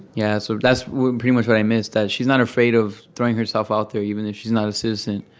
yeah, so that's pretty much what i missed that she's not afraid of throwing herself out there, even if she's not a citizen.